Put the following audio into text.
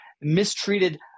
mistreated